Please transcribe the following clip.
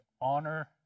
honor